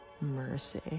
mercy